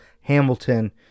Hamilton